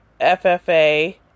FFA